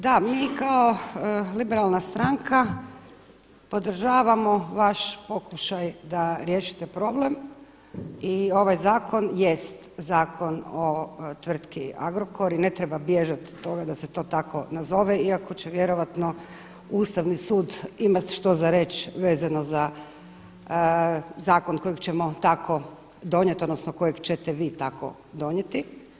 Da mi kao Liberalna stranka podržavamo vaš pokušaj da riješite problem i ovaj zakon jest Zakon o tvrtki Agrokor i ne treba bježat od toga da se to tako nazove, iako će vjerojatno Ustavni sud imat što za reć vezano za zakon kojeg ćemo tako donijet, odnosno kojeg ćete vi tako donijeti.